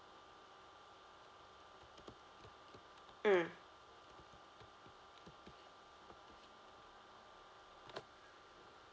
mm